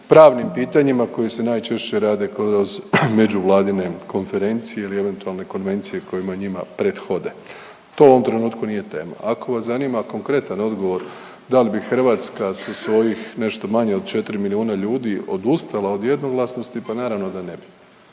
pravnim pitanjima koji se najčešće rade kroz međuvladine konferencije ili eventualne konvencije kojima njima prethode. To u ovom trenutku nije tema. Ako vas zanima konkretan odgovor, da li bi Hrvatska sa svojih nešto manje od 4 milijuna ljudi odustala od jednoglasnosti, pa naravno da ne bi.